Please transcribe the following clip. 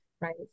right